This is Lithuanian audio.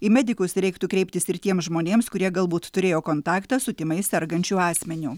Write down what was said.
į medikus reiktų kreiptis ir tiems žmonėms kurie galbūt turėjo kontaktą su tymais sergančiu asmeniu